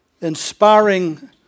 inspiring